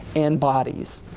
and bodies,